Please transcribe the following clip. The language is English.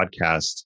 podcast